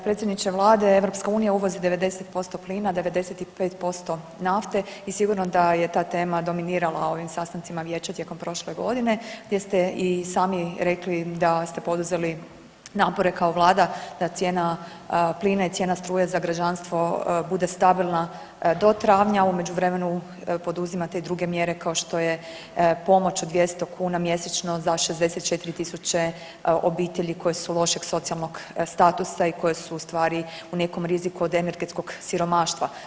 Predsjedniče Vlade, EU uvozi 90% plina, 95% nafte i sigurno da je ta tema dominirala ovim sastancima Vijeća tijekom prošle godine gdje ste i sami rekli da ste poduzeli napore kao Vlada da cijena plina i cijena struje za građanstvo bude stabilna do travnja, u međuvremenu poduzimate i druge mjere, kao što je pomoć od 200 kuna mjesečno za 64 tisuće obitelji koje su lošijeg socijalnog statusa i koje su ustvari u nekom riziku od energetskog siromaštva.